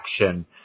action